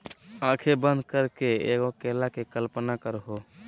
आँखें बंद करके एगो केला के कल्पना करहो